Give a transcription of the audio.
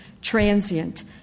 transient